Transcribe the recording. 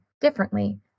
differently